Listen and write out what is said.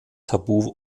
tabu